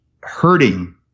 hurting